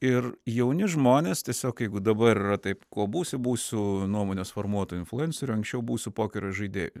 ir jauni žmonės tiesiog jeigu dabar yra taip kuo būsi būsiu nuomonės formuotoju influenceriu anksčiau būsiu pokerio žaidėju